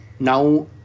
Now